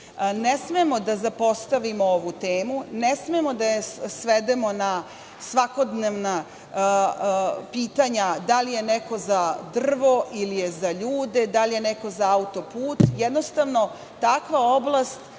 smemo da zapostavimo ovu temu. Ne smemo da je svedemo na svakodnevna pitanja da li je neko za drvo ili je za ljudi, da li je neko za autoput. Jednostavno, takva oblast